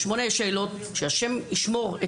השם ישמור,